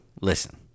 listen